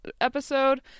episode